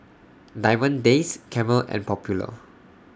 Diamond Days Camel and Popular